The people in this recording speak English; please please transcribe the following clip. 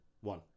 One